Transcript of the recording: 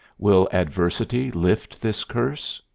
will adversity lift this curse?